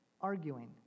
arguing